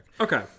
Okay